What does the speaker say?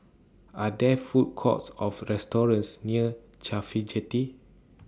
Are There Food Courts of restaurants near Cafhi Jetty